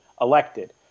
elected